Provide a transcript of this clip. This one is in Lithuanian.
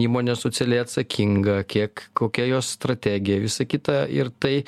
įmonė socialiai atsakinga kiek kokia jos strategija visa kita ir tai